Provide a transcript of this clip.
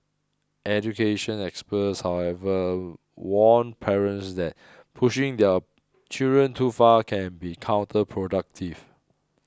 education experts however warn parents that pushing their children too far can be counterproductive